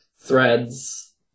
Threads